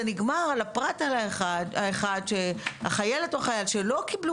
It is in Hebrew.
זה נגמר על הפרט האחד שהחיילת או החייל שלא קיבלו